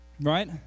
Right